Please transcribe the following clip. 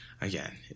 again